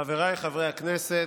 חבריי חברי הכנסת,